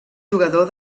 jugador